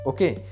Okay